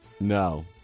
No